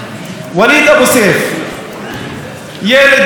וליד אבו סייף, ילד בן חמש